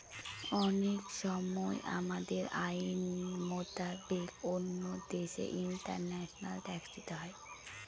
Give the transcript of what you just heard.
অনেক সময় আমাদের আইন মোতাবেক অন্য দেশে ইন্টারন্যাশনাল ট্যাক্স দিতে হয়